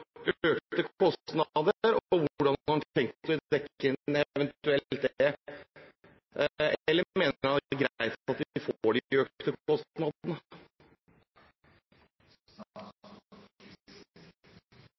Og hvordan har han eventuelt tenkt å dekke det inn? Mener han det er greit at de får de økte